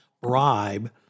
bribe